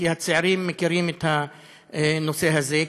כי הצעירים מכירים את הנושא הזה,